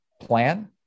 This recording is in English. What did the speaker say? plan